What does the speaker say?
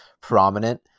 prominent